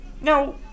No